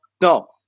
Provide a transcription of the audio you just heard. No